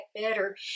better